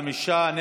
חמישה,